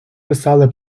писали